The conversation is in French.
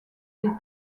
des